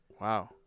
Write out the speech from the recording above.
Wow